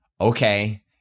okay